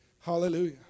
Hallelujah